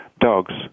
dogs